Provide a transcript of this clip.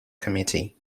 committee